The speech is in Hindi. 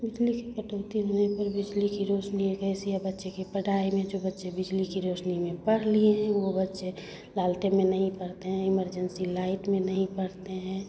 बिजली की कटौती होने पर बिजली की रोशनी एक ऐसी है बच्चे की पढ़ाई में जो बच्चे बिजली की रोशनी में पढ़ लिए हैं वो बच्चे लालटेन में नहीं पढ़ते हैं इमरजेन्सी लाइट में नहीं पढ़ते हैं